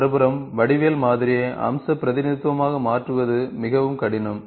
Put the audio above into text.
மறுபுறம் வடிவியல் மாதிரியை அம்ச பிரதிநிதித்துவமாக மாற்றுவது மிகவும் கடினம்